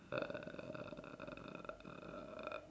uh